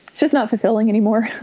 just not fulfilling anymore